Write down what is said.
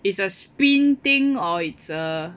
is a spin thing or is a